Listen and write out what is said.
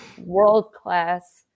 world-class